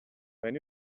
when